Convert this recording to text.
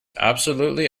absolutely